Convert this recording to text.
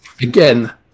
again